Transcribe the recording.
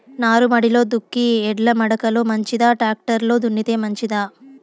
నారుమడిలో దుక్కి ఎడ్ల మడక లో మంచిదా, టాక్టర్ లో దున్నితే మంచిదా?